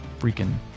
freaking